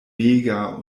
mega